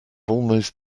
almost